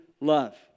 love